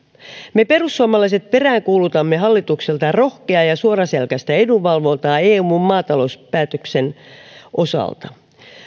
me perussuomalaiset peräänkuulutamme hallitukselta rohkeaa ja suoraselkäistä edunvalvontaa eun maatalouspäätöksen osalta